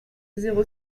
zéro